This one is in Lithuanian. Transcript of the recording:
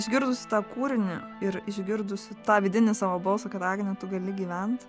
išgirdusi tą kūrinį ir išgirdusi tą vidinį savo balsą kad agne tu gali gyvent